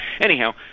anyhow